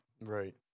Right